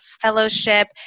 fellowship